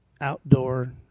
outdoor